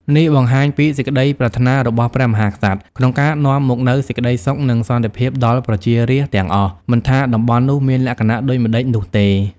នេះបង្ហាញពីសេចក្តីប្រាថ្នារបស់ព្រះមហាក្សត្រក្នុងការនាំមកនូវសេចក្តីសុខនិងសន្តិភាពដល់ប្រជារាស្ត្រទាំងអស់ មិនថាតំបន់នោះមានលក្ខណៈដូចម្ដេចនោះទេ។